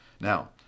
Now